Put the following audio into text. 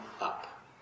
up